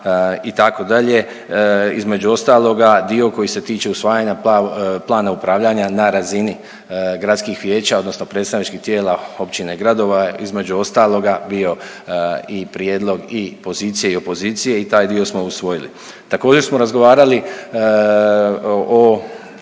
itd., između ostaloga, dio koji se tiče usvajanja plana upravljanja na razini gradskih vijeća odnosno predstavničkih tijela općina i gradova, između ostaloga, bio i prijedlog i pozicije i opozicije i taj dio smo usvojili. Također smo razgovarali o